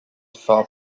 for